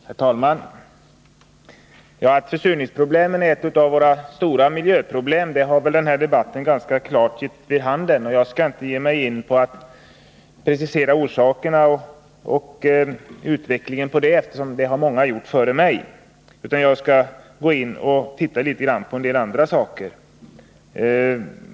Herr talman! Att försurningsproblemet är ett av våra stora miljöproblem har väl denna debatt ganska klart gett vid handen. Jag skall inte försöka precisera orsakerna därtill och utvecklingen på området, det har många gjort före mig. I stället skall jag beröra en del andra saker.